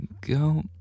go